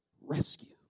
Rescue